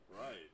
Right